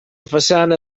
façana